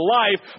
life